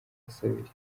asabiriza